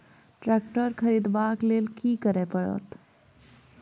Tractor खरीदबाक लेल की करय परत?